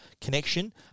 connection